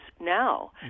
now